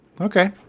Okay